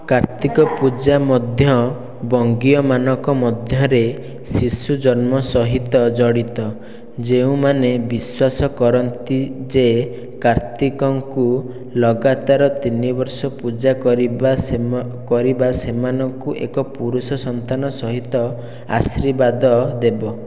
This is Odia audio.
କାର୍ତ୍ତିକ ପୂଜା ମଧ୍ୟ ବଙ୍ଗୀୟ ମାନଙ୍କ ମଧ୍ୟରେ ଶିଶୁ ଜନ୍ମ ସହିତ ଜଡ଼ିତ ଯେଉଁମାନେ ବିଶ୍ୱାସ କରନ୍ତି ଯେ କାର୍ତ୍ତିକଙ୍କୁ ଲଗାତାର୍ ତିନି ବର୍ଷ ପୂଜା କରିବା ସେମାନଙ୍କୁ ଏକ ପୁରୁଷ ସନ୍ତାନ ସହିତ ଆଶୀର୍ବାଦ୍ ଦେବ